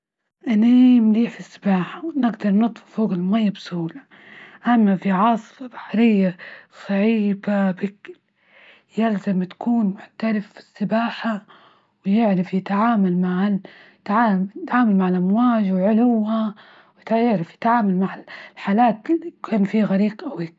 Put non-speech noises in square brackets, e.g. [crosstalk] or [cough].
أني منيح فالسباحة نجدر أنط فوج المية بسهولة، أما في عاصفة بحرية صعيبة بكل، يلزم تكون محترف في السباحة ويعرف يتعامل مع [hesitation] يتعامل مع الأمواج وعلوها ويعرف يتعامل مع الحالات كان في غريق وهكي.